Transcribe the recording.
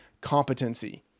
competency